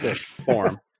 form